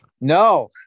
No